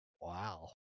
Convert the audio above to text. wow